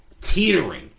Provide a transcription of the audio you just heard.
teetering